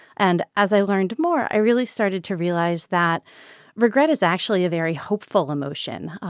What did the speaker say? and as i learned more, i really started to realize that regret is actually a very hopeful emotion.